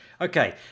okay